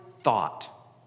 thought